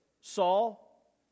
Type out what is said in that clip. Saul